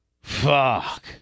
Fuck